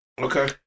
Okay